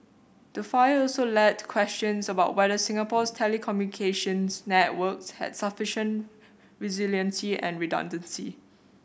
the fire also led to questions about whether Singapore's telecommunications networks had sufficient resiliency and redundancy